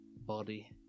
body